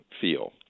feel